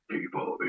People